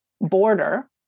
border